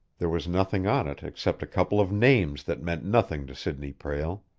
there was nothing on it except a couple of names that meant nothing to sidney prale.